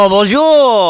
Bonjour